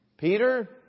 Peter